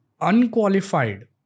unqualified